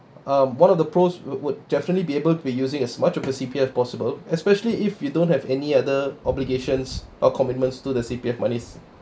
uh one of the pros would definitely be able to be using as much of your C_P_F possible especially if you don't have any other obligations or commitments to the C_P_F monies